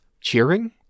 cheering